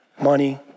Money